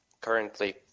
currently